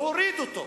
להוריד אותו,